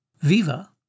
Viva